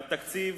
והתקציב,